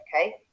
okay